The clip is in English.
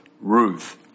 Ruth